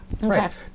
Right